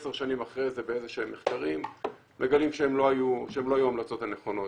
עשר שנים אחרי זה באיזה שהם מחקרים מגלים שהם לא היו ההמלצות הנכונות.